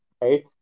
right